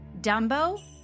Dumbo